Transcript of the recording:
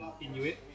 Inuit